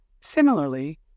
Similarly